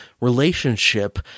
relationship